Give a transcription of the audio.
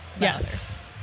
Yes